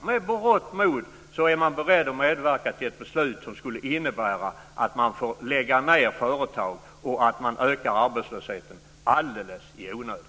Med berått mod är de beredda att medverka till ett beslut som skulle innebära att företag skulle tvingas lägga ned och att arbetslösheten skulle öka alldeles i onödan.